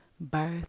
birth